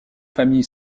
famille